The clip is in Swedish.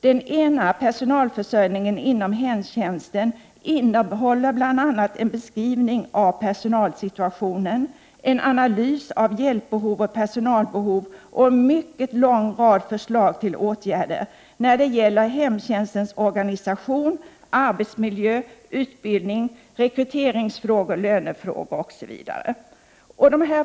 Den ena, Personalförsörjningen inom hemtjänsten, innehåller bl.a. en beskrivning av personalsituationen, en analys av hjälpbehov och personalbehov samt en mycket lång rad förslag till åtgärder när det gäller hemtjänstens organisation, arbetsmiljö, utbildning, rekryteringsfrågor, lönefrågor osv.